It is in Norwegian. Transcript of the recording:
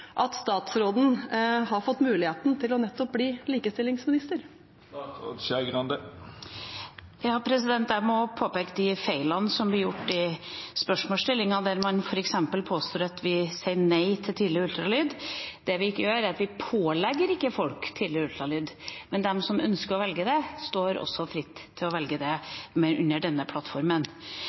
synes statsråden om at det er på dette grunnlaget, svekket likestilling, at hun har fått muligheten til å bli nettopp likestillingsminister? Jeg må påpeke de feilene som kom i spørsmålstillingen, der man f.eks. påstår at vi sier nei til tidlig ultralyd. Det vi gjør, er at vi ikke pålegger folk å ta tidlig ultralyd, men de som ønsker det og velger det, står fritt til å velge det med denne plattformen.